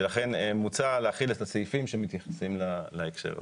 לכן מוצע להחיל את הסעיפים שמתייחסים להקשר הזה.